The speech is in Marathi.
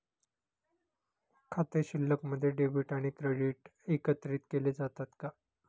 खाते शिल्लकमध्ये डेबिट आणि क्रेडिट एकत्रित केले जातात का?